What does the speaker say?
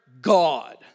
God